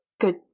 Good